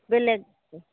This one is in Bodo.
बेलेक